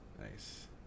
Nice